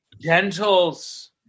Gentles